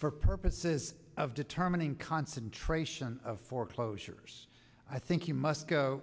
for purposes of determining concentration of foreclosures i think you must go